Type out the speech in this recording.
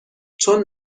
چون